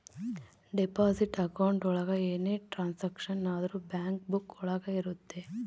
deposit account ಒಳಗ ಏನೇ transaction ಆದ್ರೂ ಬ್ಯಾಂಕ್ ಬುಕ್ಕ ಒಳಗ ಇರುತ್ತೆ